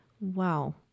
wow